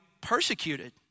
persecuted